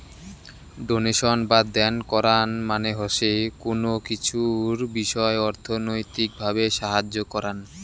donation বা দেন করাং মানে হসে কুনো কিছুর বিষয় অর্থনৈতিক ভাবে সাহায্য করাং